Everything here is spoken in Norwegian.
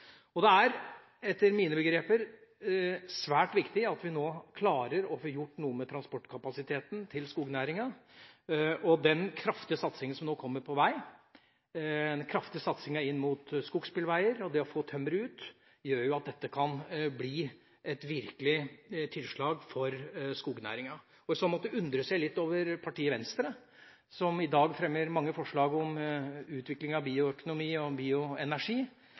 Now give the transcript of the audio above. seg. Det er, etter mine begreper, svært viktig at vi nå klarer å få gjort noe med transportkapasiteten til skognæringa. Den kraftige satsinga som nå kommer på vei, den kraftige satsinga på skogsbilveier og på det å få tømmeret ut, gjør at dette kan bli et virkelig tilslag for skognæringa. I så måte undres jeg litt over partiet Venstre, som i dag fremmer mange forslag om utvikling av bioøkonomi og bioenergi,